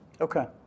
Okay